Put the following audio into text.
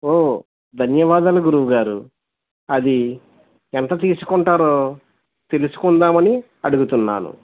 ఓ ధన్యవాదాలు గురువుగారు అది ఎంత తీసుకుంటారో తెలుసుకుందాం అని అడుగుతున్నాను